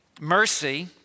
Mercy